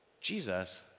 Jesus